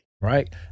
right